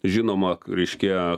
žinoma reiškia